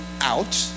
out